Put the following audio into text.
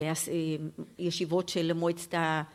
ישיבות של מועצת ה...